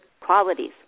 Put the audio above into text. qualities